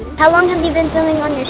how long have you been filming on your